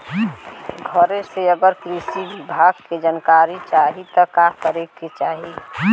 घरे से अगर कृषि विभाग के जानकारी चाहीत का करे के चाही?